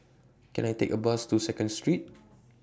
Can I Take A Bus to Second Street